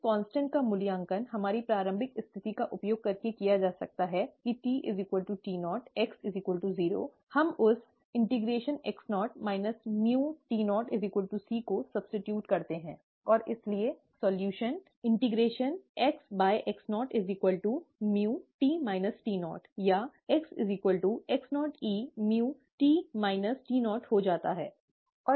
इस कांस्टेंट का मूल्यांकन हमारी प्रारंभिक स्थिति का उपयोग करके किया जा सकता है कि t t0 x 0 हम उस lnx0 µt0 c को प्रतिस्थापित करते हैं और इसलिए सॉल्यूशन lnxx0 µ या x x0 e µt - to हो जाता है